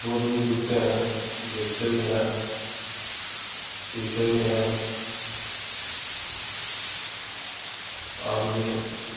دودھ بھی دوہتے ہیں بیچتے بھی ہیں پیتے بھی ہیں اور بھی